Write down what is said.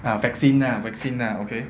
ah vaccine lah vaccine lah okay